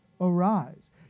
arise